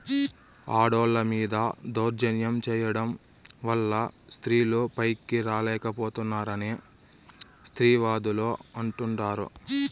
ఆడోళ్ళ మీద దౌర్జన్యం చేయడం వల్ల స్త్రీలు పైకి రాలేక పోతున్నారని స్త్రీవాదులు అంటుంటారు